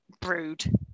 brood